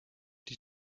die